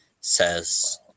says